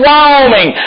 Wyoming